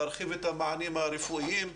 להרחיב את המענים הרפואיים,